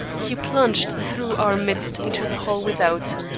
he plunged through our midst into the hall without.